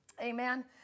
Amen